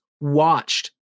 watched